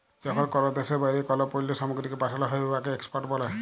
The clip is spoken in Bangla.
যখল কল দ্যাশের বাইরে কল পল্ল্য সামগ্রীকে পাঠাল হ্যয় উয়াকে এক্সপর্ট ব্যলে